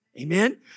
Amen